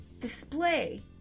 display